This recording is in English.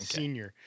Senior